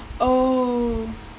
oh